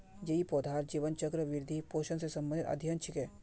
यई पौधार जीवन चक्र, वृद्धि, पोषण स संबंधित अध्ययन छिके